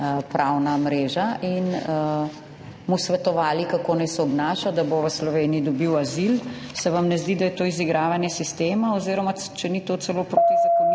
demokracije] in mu svetovali, kako naj se obnaša, da bo v Sloveniji dobil azil. Se vam ne zdi, da je to izigravanje sistema oziroma če ni to celo protizakonito